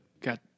got